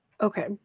Okay